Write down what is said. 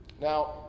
Now